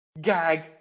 Gag